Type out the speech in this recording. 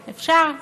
אפשר.